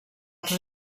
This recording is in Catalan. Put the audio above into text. els